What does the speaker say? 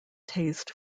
taste